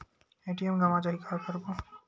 ATM गवां जाहि का करबो?